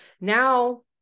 now